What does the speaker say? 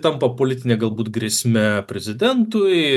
tampa politine galbūt grėsme prezidentui